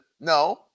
No